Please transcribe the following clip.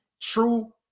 true